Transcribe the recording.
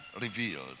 revealed